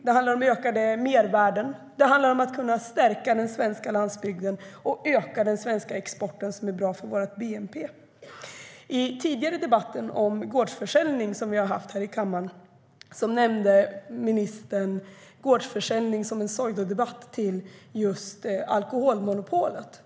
Det handlar om mervärden, om att kunna stärka den svenska landsbygden och om den svenska exporten som är bra för vår bnp.I den tidigare debatten om gårdsförsäljning här i kammaren nämnde ministern gårdsförsäljning som en pseudodebatt om just alkoholmonopolet.